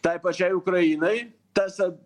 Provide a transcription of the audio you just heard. tai pačiai ukrainai tas